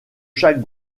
chaque